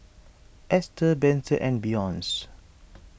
Ester Benson and Beyonce